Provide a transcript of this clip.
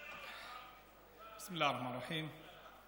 בסם אללה א-רחמאן א-רחים.